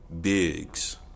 Biggs